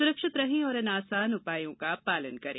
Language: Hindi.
सुरक्षित रहें और इन आसान उपायों का पालन करें